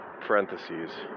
parentheses